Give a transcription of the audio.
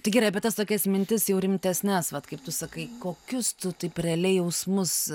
tai gerai apie tas tokias mintis jau rimtesnes vat kaip tu sakai kokius tu taip realiai jausmus